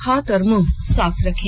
हाथ और मुंह साफ रखें